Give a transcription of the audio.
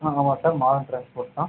ஆ ஆமாம் சார் மாஹான் ட்ரான்ஸ்போட் தான்